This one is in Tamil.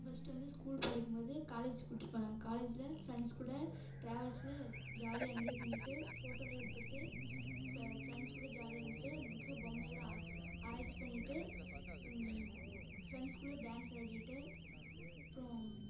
நான் ஃபஸ்ட் வந்து ஸ்கூல் படிக்கும் போது காலேஜ் கூட்டிட்டு போனாங்க காலேஜில் ஃப்ரெண்ட்ஸ் கூட டிராவல்ஸில் ஜாலியாக என்ஜாய் பண்ணிகிட்டு ஃபோட்டோலாம் எடுத்துகிட்டு ஃப ஃப்ரிண்ட்ஸ் கூட ஜாலியாக இருந்துட்டு அங்கே இருக்கிற பொம்மையெலாம் ஆ ஆராய்ச்சி பண்ணிகிட்டு ஃப்ரிண்ட்ஸ் குள்ளே டான்ஸ் ஆடிகிட்டு அப்றம்